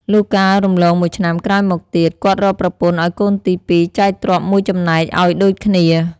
លុះកាលរំលងមួយឆ្នាំក្រោយមកទៀត គាត់រកប្រពន្ធឱ្យកូនទី២ចែកទ្រព្យ ១ ចំណែក ឱ្យដូចគ្នា ។